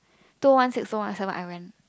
two O one six two O one seven I went